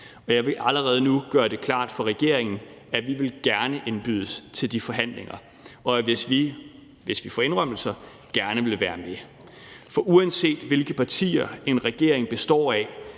Jeg vil allerede nu gør det klart for regeringen, at vi gerne vil indbydes til de forhandlinger, og at vi, hvis vi får indrømmelser, gerne vil være med. For uanset hvilke partier en regering består af,